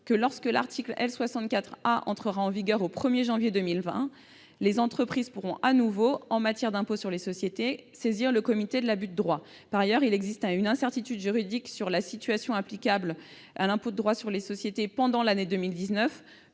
que, lorsque l'article L. 64 A du LPF entrera en vigueur le 1janvier 2020, les entreprises pourront de nouveau, en matière d'impôt sur les sociétés, saisir le comité de l'abus de droit fiscal. Il existe, en outre, une incertitude juridique sur la situation applicable à l'impôt sur les sociétés pendant l'année 2019.